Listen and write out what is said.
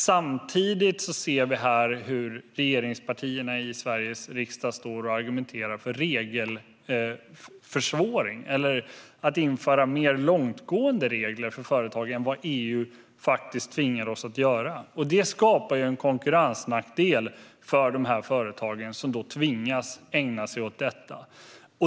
Samtidigt ser vi hur regeringspartierna i Sveriges riksdag står och argumenterar för regelförsvåring, eller för att införa mer långtgående regler för företag än vad EU faktiskt tvingar oss att göra. Det skapar en konkurrensnackdel för dessa företag, som då tvingas att ägna sig åt detta.